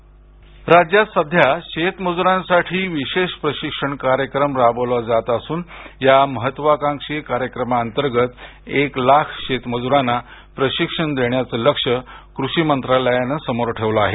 शेतमजूर प्रशिक्षण राज्यात सध्या शेतमजुरांसाठी विशेष प्रशिक्षण कार्यक्रम राबवला जात असून या महत्वाकांक्षी कार्यक्रमा अंतर्गत एक लाख शेतमज्रांना प्रशिक्षण देण्याचे लक्ष्य कृषी मंत्रालयानं समोर ठेवलं आहे